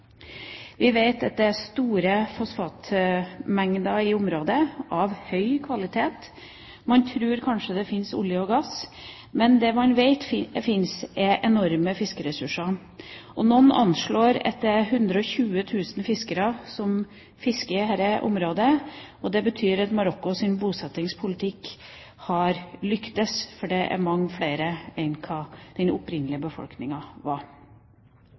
Vi vet at det er store fosfatmengder av høy kvalitet i området. Man tror det kanskje fins olje og gass, men det man vet fins, er enorme fiskeressurser. Noen anslår at det er 120 000 fiskere som fisker i dette området. Det betyr at Marokkos bosettingspolitikk har lyktes, for det er mange flere enn det som var den opprinnelige